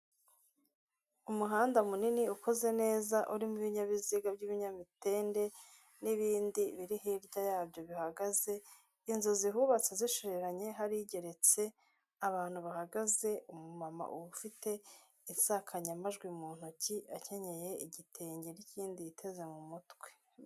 Umuhanda munini ukoze neza, urimo ibinyabiziga by'ibinyamitende n'ibindi biri hirya yabyo bihagaze, inzu zihubatse zishoreranye hari igeretse, abantu bahagaze, umumama uba ufite insankazamajwi mu ntoki, akenyeye igitenge n'ikindi yiteze mu mutwe.